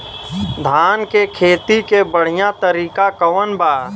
धान के खेती के बढ़ियां तरीका कवन बा?